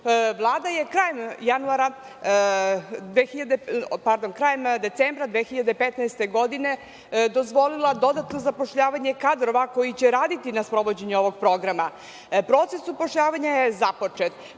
je krajem decembra 2015. godine dozvolila dodatno zapošljavanje kadrova koji će raditi na sprovođenju ovog programa. Proces upošljavanja je započet.